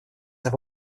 have